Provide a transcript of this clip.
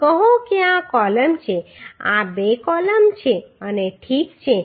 કહો કે આ કૉલમ છે આ બે કૉલમ છે અને ઠીક છે